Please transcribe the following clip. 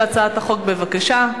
בבקשה.